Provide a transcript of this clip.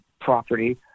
property